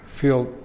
Feel